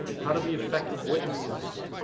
how to be effective witnesses.